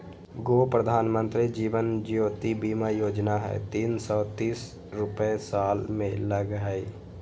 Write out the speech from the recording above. गो प्रधानमंत्री जीवन ज्योति बीमा योजना है तीन सौ तीस रुपए साल में लगहई?